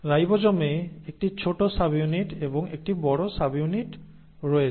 রাইবোজোমে একটি ছোট সাবইউনিট এবং একটি বড় সাবইউনিট রয়েছে